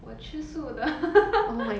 我吃素的